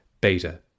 beta